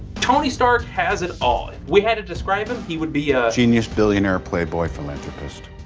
tony stark has it all. if we had to describe him, he would be a genius, billionaire, playboy, philanthropist.